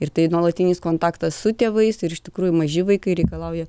ir tai nuolatinis kontaktas su tėvais ir iš tikrųjų maži vaikai reikalauja